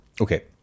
Okay